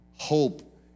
Hope